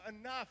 enough